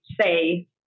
say